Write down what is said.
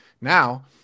now